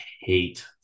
hate